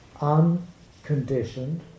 unconditioned